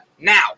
Now